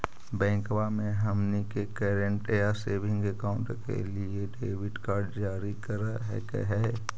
बैंकवा मे हमनी के करेंट या सेविंग अकाउंट के लिए डेबिट कार्ड जारी कर हकै है?